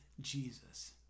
Jesus